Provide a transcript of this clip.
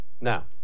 Now